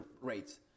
rates